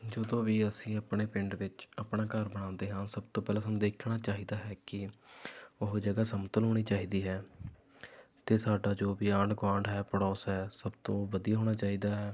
ਜਦੋੇਂ ਵੀ ਅਸੀਂ ਆਪਣੇ ਪਿੰਡ ਵਿੱਚ ਆਪਣਾ ਘਰ ਬਣਾਉਂਦੇ ਹਾਂ ਸਭ ਤੋਂ ਪਹਿਲਾਂ ਸਾਨੂੰ ਦੇਖਣਾ ਚਾਹੀਦਾ ਹੈ ਕਿ ਉਹ ਜਗ੍ਹਾ ਸਮਤਲ ਹੋਣੀ ਚਾਹੀਦੀ ਹੈ ਅਤੇ ਸਾਡਾ ਜੋ ਵੀ ਆਂਢ ਗੁਆਂਢ ਹੈ ਪੜੋਸ ਹੈ ਸਭ ਤੋਂ ਵਧੀਆ ਹੋਣਾ ਚਾਹੀਦਾ ਹੈ